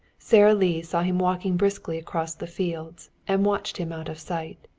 sara lee saw him walking briskly across the fields and watched him out of sight.